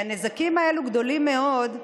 והנזקים האלה גדולים מאוד.